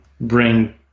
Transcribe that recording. bring